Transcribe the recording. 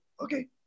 okay